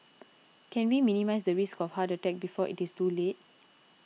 can we minimise the risk of heart attack before it is too late